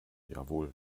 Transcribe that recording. jawohl